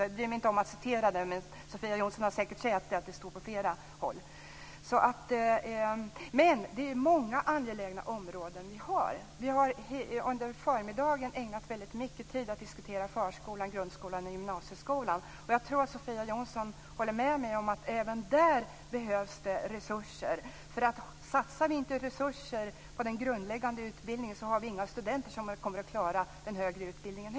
Jag bryr mig inte om att citera ur betänkandet. Sofia Jonsson har säkert sett att detta står att läsa på flera ställen. Det finns många angelägna områden. Under förmiddagen ägnade vi mycket tid åt att diskutera förskolan, grundskolan och gymnasieskolan. Jag tror att Sofia Jonsson håller med mig om att det även där behövs resurser. Om vi inte satsar resurser på den grundläggande utbildningen kommer vi inte att ha några studenter som klarar den högre utbildningen.